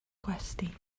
gwesty